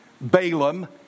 Balaam